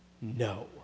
No